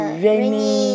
rainy